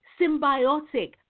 symbiotic